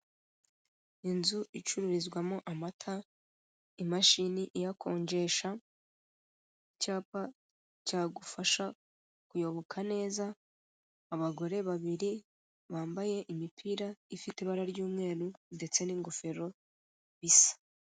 Inzu icururizwamo amata, imashini iyakonjesha, icyapa cyagufasha kuyoboka neza, abagore babiri bambaye imipira ifite ibara ry'umweru ndetse n'ingofero bisa.